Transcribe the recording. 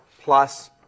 plus